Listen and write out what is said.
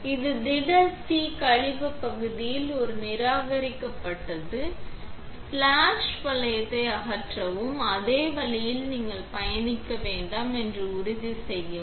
இது திட C கழிவுப்பகுதியில் ஒரு நிராகரிக்கப்பட்டது ஸ்பிளாஸ் வளையத்தை அகற்றவும் அதே வழியில் நீங்கள் பயணிக்க வேண்டாம் என்று உறுதி செய்யவும்